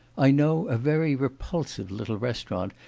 i know a very repulsive little restaurant,